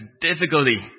difficulty